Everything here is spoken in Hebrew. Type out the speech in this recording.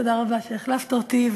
תודה רבה שהחלפת אותי,